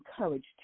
encouraged